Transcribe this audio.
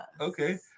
Okay